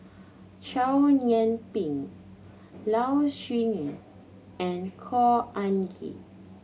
Chow Yian Ping Low Siew Nghee and Khor Ean Ghee